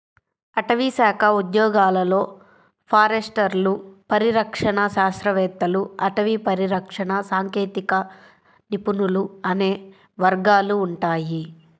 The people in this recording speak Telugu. అటవీశాఖ ఉద్యోగాలలో ఫారెస్టర్లు, పరిరక్షణ శాస్త్రవేత్తలు, అటవీ పరిరక్షణ సాంకేతిక నిపుణులు అనే వర్గాలు ఉంటాయి